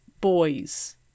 boys